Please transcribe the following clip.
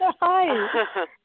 Hi